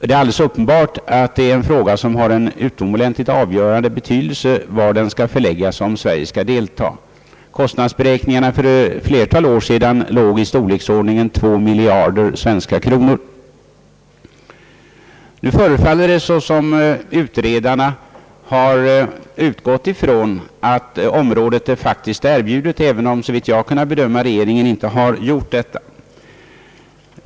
Det är alldeles uppenbart att frågan om var denna skall förläggas har en avgörande betydelse, om Sverige skall delta. Kostnaderna beräknades för ett flertal år sedan till ett belopp av storleksordningen 2 miljarder svenska kronor. Nu förefallar det som om utredarna har utgått ifrån att området faktiskt är erbjudet, även om såvitt jag kunnat bedöma regeringen inte gjort detta.